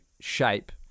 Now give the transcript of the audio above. shape